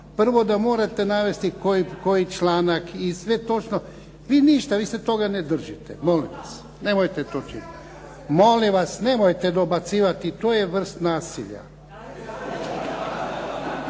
prvo da morate navesti koji članak i sve točno. Vi nište, vi se toga ne držite. Molim vas, nemojte to činiti. .../Upadica se ne čuje./... Molim vas, nemojte dobacivati. To je vrst nasilja.